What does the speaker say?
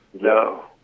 No